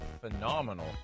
phenomenal